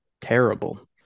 terrible